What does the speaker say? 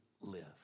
live